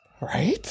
Right